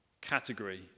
category